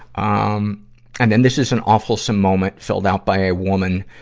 um and then this is an awfulsome moment filled out by a woman,